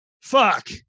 Fuck